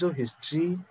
history